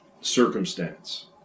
circumstance